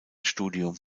studium